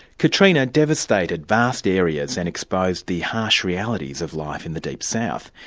katrina devastated vast areas and exposed the harsh realities of life in the deep south,